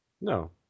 No